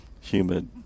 humid